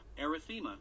erythema